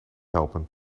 helpen